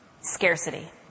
scarcity